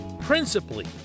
principally